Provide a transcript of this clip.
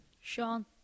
Sean